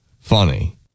funny